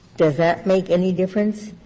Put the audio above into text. does that make any difference?